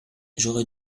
j’aurais